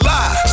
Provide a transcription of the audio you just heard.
Lie